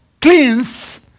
cleans